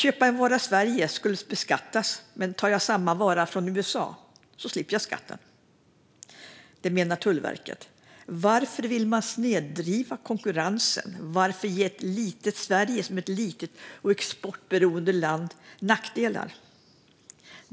En vara som köps i Sverige skulle beskattas, men tar jag samma vara från USA slipper jag skatten, menar Tullverket. Varför vill man snedvrida konkurrensen och ge Sverige, som är ett litet, exportberoende land, nackdelar?